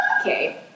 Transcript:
Okay